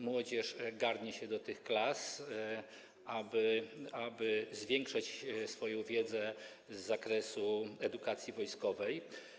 Młodzież garnie się do tych klas, aby zwiększać swoją wiedzę z zakresu edukacji wojskowej.